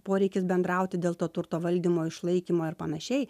poreikis bendrauti dėl to turto valdymo išlaikymo ir panašiai